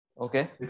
Okay